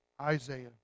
isaiah